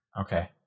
Okay